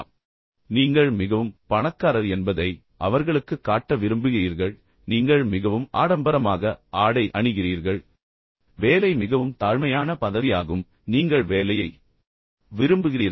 எனவே நீங்கள் மிகவும் பணக்காரர் என்பதை அவர்களுக்குக் காட்ட விரும்புகிறீர்கள் பின்னர் நீங்கள் மிகவும் ஆடம்பரமாக ஆடை அணிகிறீர்கள் ஆனால் வேலை மிகவும் தாழ்மையான பதவியாகும் ஆனால் நீங்கள் வேலையை விரும்புகிறீர்கள்